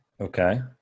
Okay